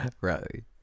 Right